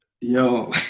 yo